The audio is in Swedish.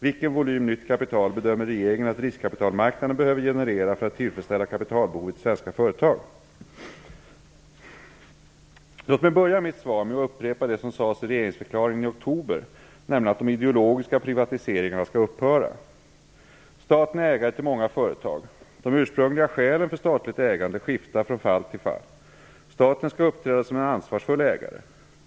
Vilken volym nytt kapital bedömer regeringen att riskkapitalmarknaden behöver generera för att tillfredsställa kapitalbehovet i svenska företag? Låt mig börja mitt svar med att upprepa det som sades i regeringsförklaringen i oktober, nämligen att de ideologiska privatiseringarna skall upphöra. Staten är ägare till många företag. De ursprungliga skälen för statligt ägande skiftar från fall till fall. Staten skall uppträda som en ansvarsfull ägare.